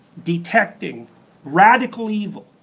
detecting radical evil,